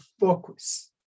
focus